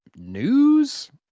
news